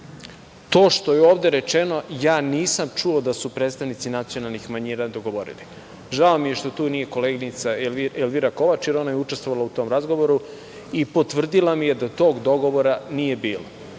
To što je ovde rečeno ja nisam čuo da su predstavnici nacionalnih manjina dogovorili. Žao mi je što tu nije koleginica Elvira Kovač, jer ona je učestvovala u tom razgovoru i potvrdila mi da tog dogovora nije bilo.